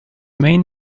main